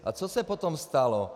A co se potom stalo?